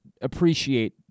appreciate